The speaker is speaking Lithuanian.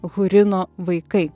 hurino vaikai